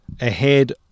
ahead